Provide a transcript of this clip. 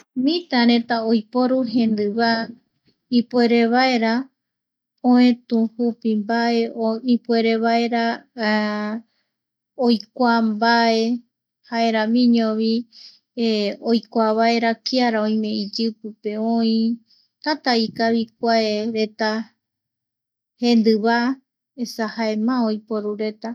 Mitareta oiporu jendiva ipuerevaera oëtü jupi mbae, ipuerevaera oikua mbae jaeramiñovi oikua vaera kiara oime iyipipe oï tätá ikavi kuaereta jendiva, esa jae má oiporureta.